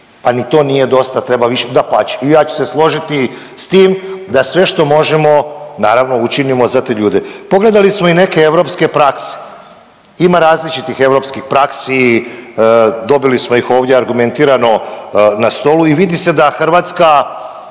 a ni to nije dosta treba više, dapače i ja ću se složiti s tim da sve što možemo naravno učinimo za te ljude. Pogledali smo i neke europske prakse. Ima različitih europskih praksi, dobili smo ih ovdje argumentirano na stolu i vidi se da Hrvatska